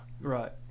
Right